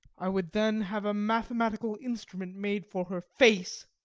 i would, then, have a mathematical instrument made for her face,